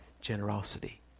generosity